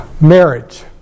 Marriage